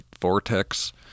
Vortex